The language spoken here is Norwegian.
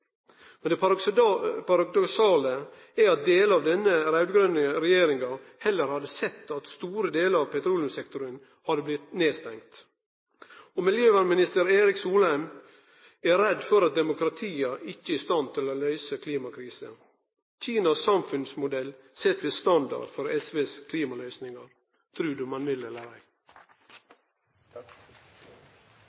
Men det paradoksale er at delar av denne raud-grøne regjeringa heller hadde sett at ein stor del av petroleumssektoren hadde blitt nedstengd. Miljøminister Erik Solheim er redd for at demokratiet ikkje er i stand til å løyse klimakrisa. Kinas samfunnsmodell set visst standard for SVs klimaløysingar – tru